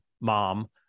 mom